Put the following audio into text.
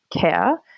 care